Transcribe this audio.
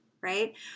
right